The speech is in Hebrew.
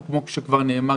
כמו שכבר נאמר,